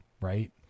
right